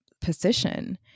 position